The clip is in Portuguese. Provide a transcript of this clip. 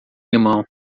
limão